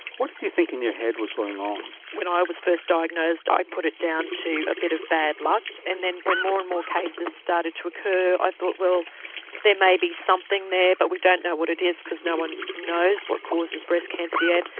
what did you think in your head was going on? when i was first diagnosed i put it down to a bit of bad luck and then when more and more cases started to occur i thought well there may be something there but we don't know what it is because no one knows what causes breast cancer yet,